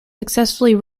successfully